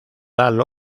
tal